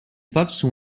patrzył